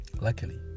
Luckily